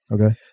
Okay